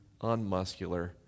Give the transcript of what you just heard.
unmuscular